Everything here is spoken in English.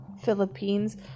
Philippines